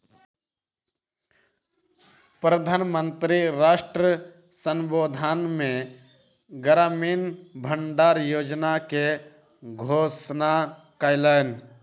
प्रधान मंत्री राष्ट्र संबोधन मे ग्रामीण भण्डार योजना के घोषणा कयलैन